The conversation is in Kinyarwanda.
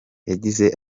yagize